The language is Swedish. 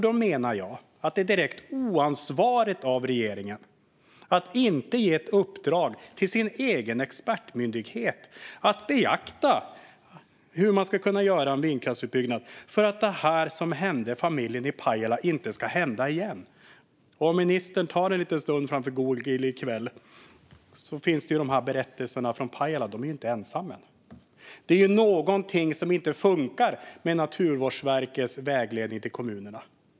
Då menar jag att det är direkt oansvarigt av regeringen att inte ge ett uppdrag till sin egen expertmyndighet att beakta hur man ska kunna göra med vindkraftsutbyggnaden för att det här som hände familjen i Pajala inte ska hända igen. Om ministern tar en liten stund och googlar i kväll kommer han att se att berättelsen från Pajala inte är den enda. Det är någonting som inte funkar med Naturvårdsverkets vägledning till kommunerna.